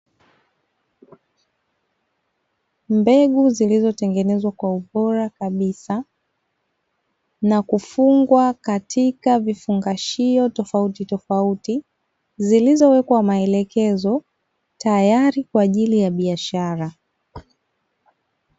Mbegu zilizotengenezwa kwa ubora kabisa na kufungwa katika vifungashio tofauti tofauti, zilizowekwa maelekezo, tayari kwa ajili ya biashara.